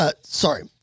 Sorry